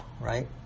right